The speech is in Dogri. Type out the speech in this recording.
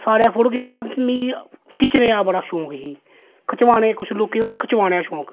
सारें दा फोटो खिचदा हा लेकिन मीं खिच्चने दा बड़ा शौंक ही खिचवाने कुछ लोकें गी होंदा ना खिचवाने दा शौंक